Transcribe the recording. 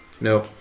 No